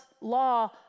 law